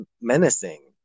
menacing